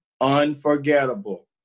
Unforgettable